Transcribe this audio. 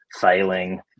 Failing